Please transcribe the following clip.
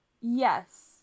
yes